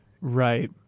right